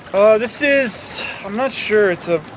oh this is. i'm not sure it's a.